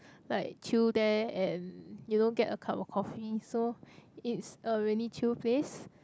like chill there and you know get a cup of coffee so it's a really chill place